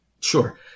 Sure